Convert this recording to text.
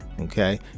Okay